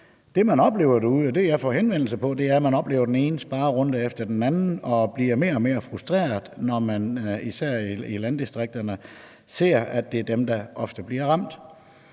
Det, man oplever derude, og det, jeg får henvendelser om, er, at der er den ene sparerunde efter den anden, og at man bliver mere og mere frustreret, når man, især i landdistrikterne, ser, at det er dem, der ofte bliver ramt.